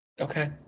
Okay